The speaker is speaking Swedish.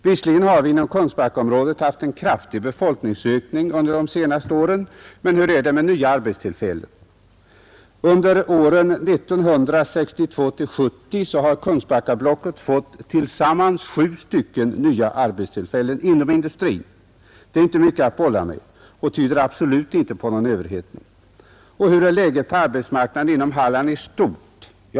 Visserligen har vi inom Kungsbackaområdet haft en kraftig befolkningsökning under de senaste åren, men hur är det med nya arbetstillfällen? Under åren 1962-1970 har Kungsbackablocket fått tillsammans sju nya arbetstillfällen inom industrin. Det är inte mycket att bolla med och tyder absolut inte på någon överhettning. Hur är läget på arbetsmarknaden inom Halland i stort?